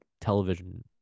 television